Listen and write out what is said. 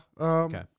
Okay